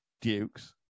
dukes